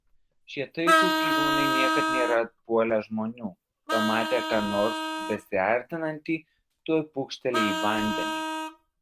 šie taikūs gyvūnai niekad nėra puolę žmonių pamatę ką nors besiartinantį tuoj pūkšteli į vandenį